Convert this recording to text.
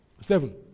Seven